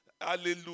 Hallelujah